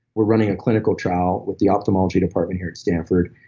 we're running a clinical trial with the ophthalmology department here at stanford,